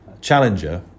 challenger